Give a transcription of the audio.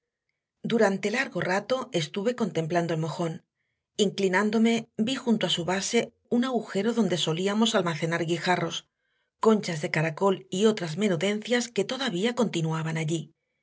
durante largo rato estuve contemplando el mojón inclinándome vi junto a su base un agujero donde solíamos almacenar guijarros conchas de caracol y otras menudencias que todavía continuaban allí